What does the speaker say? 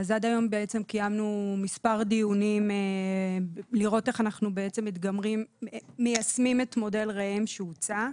עד היום קיימנו מספר דיונים לראות איך אנחנו מיישמים את מודל ראם שהוצע.